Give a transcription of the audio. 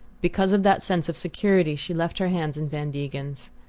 because of that sense of security she left her hands in van degen's.